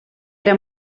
era